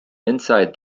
inside